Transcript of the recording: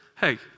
hey